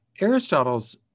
Aristotle's